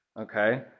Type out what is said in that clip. Okay